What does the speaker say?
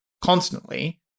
constantly